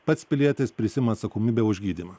pats pilietis prisiima atsakomybę už gydymą